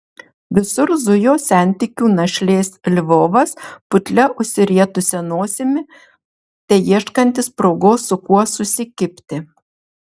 visur zujo sentikių našlės lvovas putlia užsirietusia nosimi teieškantis progos su kuo susikibti